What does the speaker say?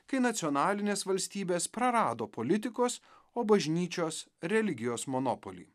kai nacionalinės valstybės prarado politikos o bažnyčios religijos monopolį